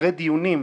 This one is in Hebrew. אחרי דיונים,